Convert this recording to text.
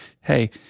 hey